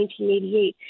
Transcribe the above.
1988